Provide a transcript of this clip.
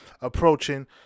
approaching